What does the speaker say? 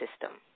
system